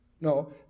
No